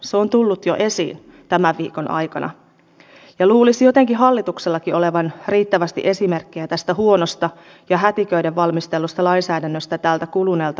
se on tullut jo esiin tämän viikon aikana ja luulisi jotenkin hallituksellakin olevan riittävästi esimerkkejä tästä huonosta ja hätiköiden valmistellusta lainsäädännöstä tältä kuluneelta vaalikaudelta